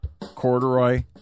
corduroy